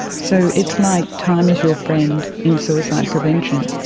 so it's like time is your friend in suicide prevention.